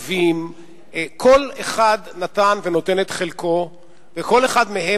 כל אחד נתן ונותן את חלקו וכל אחד מהם